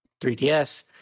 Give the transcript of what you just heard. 3DS